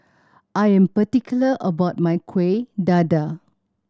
I am particular about my Kueh Dadar